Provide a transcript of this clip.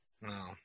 No